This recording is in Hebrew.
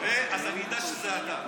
אז אני אדע שזה אתה.